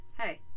hey